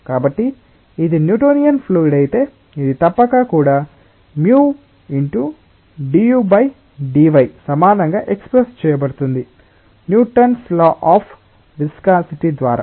కాబట్టి ఇది Newtonian fluid అయితే ఇది తప్పక కూడా µ dudy సమానంగా ఎక్స్ప్రెస్ చేయబడుతుంది న్యూటన్స్ లా అఫ్ విస్కాసిటి ద్వారా